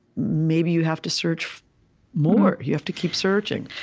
maybe you have to search more. you have to keep searching